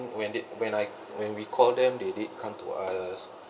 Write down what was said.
when they when I when we call them they did come to us